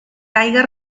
caiga